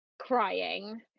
crying